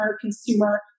consumer